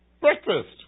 Breakfast